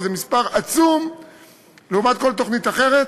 שזה מספר עצום לעומת כל תוכנית אחרת.